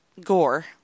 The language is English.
Gore